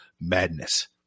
madness